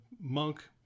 monk